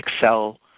excel